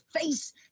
face